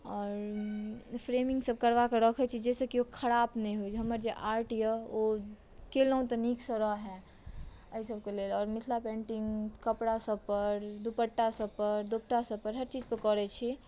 आओर फ्रेमिंगसभ करवाके रखैत छी जाहिसँ कि खराब नहि होय हमर जे आर्ट यए ओ केलहुँ तऽ नीकसँ रहए एहिसभके लेल आओर मिथिला पेन्टिंग कपड़ासभ पर दुपट्टासभ पर दोपटासभ पर हर चीजपर करैत छी